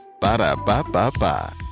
Ba-da-ba-ba-ba